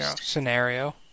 scenario